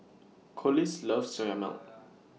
Collis loves Soya Milk